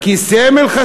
כי סמל,